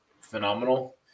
phenomenal